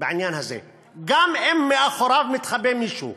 בעניין הזה, גם אם מאחוריו מתחבא מישהו.